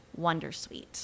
Wondersuite